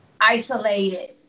isolated